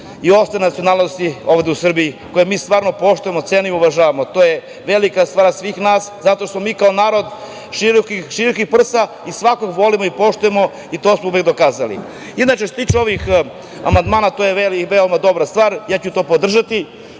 i ostale nacionalnosti ovde u Srbiji, koje mi stvarno poštujemo, cenimo i podržavamo. To je velika stvar svih nas, zato što smo mi kao narod širokih prsa i svakog volimo i poštujemo i to smo uvek dokazali. Inače, što se tiče ovih amandmana, to je veoma dobra stvar. Ja ću to podržati.